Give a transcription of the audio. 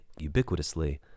ubiquitously